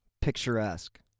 picturesque